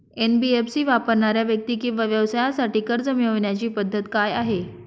NBFC वापरणाऱ्या व्यक्ती किंवा व्यवसायांसाठी कर्ज मिळविण्याची पद्धत काय आहे?